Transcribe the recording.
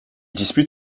dispute